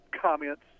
comments